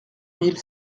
mille